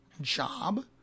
job